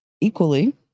equally